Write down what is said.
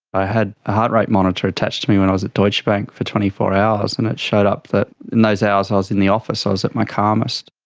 i had a heart rate monitor attached to me when i was at deutsche bank for twenty four hours and it showed up that in those hours i in the office, i was at my calmest.